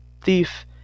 thief